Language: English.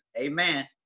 Amen